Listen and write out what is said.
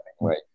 right